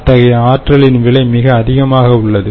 அத்தகைய ஆற்றலின் விலை மிக அதிகமாக உள்ளது